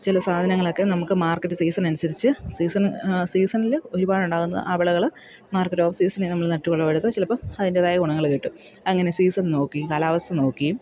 ചില സാധനങ്ങളൊക്കെ നമുക്ക് മാർക്കറ്റ് സീസണനുസരിച്ച് സീസൺ സീസണിൽ ഒരുപാടുണ്ടാകുന്ന ആ വിളകൾ മാർക്കറ്റ് ഓഫ് സീസണിൽ നമ്മൾ നട്ടുവിളവെടുത്ത് ചിലപ്പോൾ അതിൻറ്റേതായ ഗുണങ്ങൾ കിട്ടും അങ്ങനെ സീസൺ നോക്കിയും കാലാവസ്ഥ നോക്കിയും